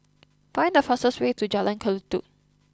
find the fastest way to Jalan Kelulut